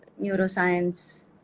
neuroscience